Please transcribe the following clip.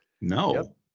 No